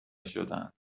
شدهاند